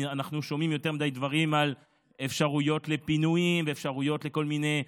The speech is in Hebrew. אנחנו שומעים יותר מדי דברים על אפשרויות לפינויים ואפשרויות לכל מיני,